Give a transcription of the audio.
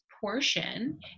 portion